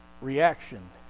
reaction